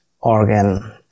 organ